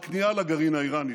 הכניעה שלכם לגרעין האיראני,